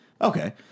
Okay